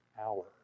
hour